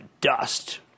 dust